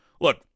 look